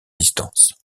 distance